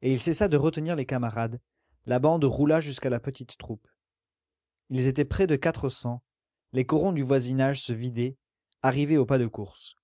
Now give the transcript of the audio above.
et il cessa de retenir les camarades la bande roula jusqu'à la petite troupe ils étaient près de quatre cents les corons du voisinage se vidaient arrivaient au pas de course